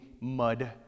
mud